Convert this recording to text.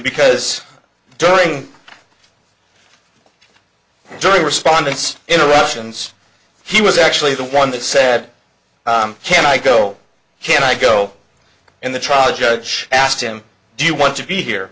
because during jury respondents interruptions he was actually the one that said can i go can i go and the trial judge asked him do you want to be here